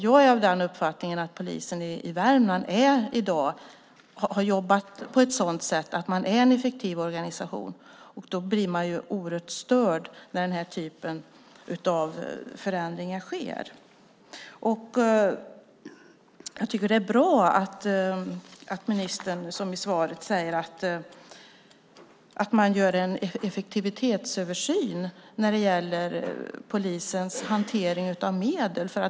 Jag är av den uppfattningen att polisen i Värmland jobbar på ett sådant sätt att man är en effektiv organisation, och då blir man ju oerhört störd när den här typen av förändringar sker. Det är bra, som ministern i svaret säger, att man gör en effektivitetsöversyn av polisens hantering av medel.